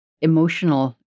emotional